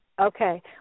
Okay